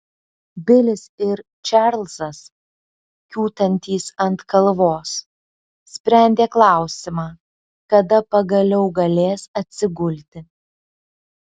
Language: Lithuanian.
bilis ir čarlzas kiūtantys ant kalvos sprendė klausimą kada pagaliau galės atsigulti